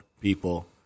people